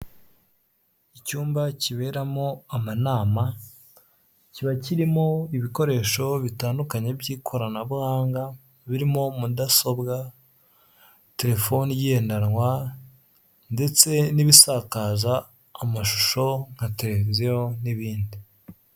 Icyumba kiberamo amanama, kiba kirimo ibikoresho bitandukanye by'ikoranabuhanga birimo mudasobwa, telefoni igendanwa, ndetse n'ibisakaza amashusho nka televiziyo n'ibindi.